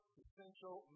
essential